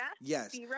Yes